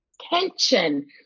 Tension